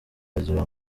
yagira